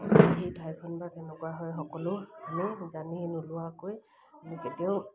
সেই ঠাইখন বা কেনেকুৱা হয় সকলো আমি জানি নোলোৱাকৈ আমি কেতিয়াও